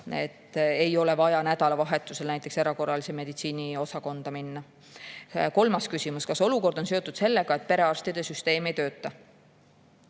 Ei ole vaja nädalavahetusel näiteks erakorralise meditsiini osakonda minna. Kolmas küsimus: kas olukord on seotud sellega, et perearstide süsteem ei tööta?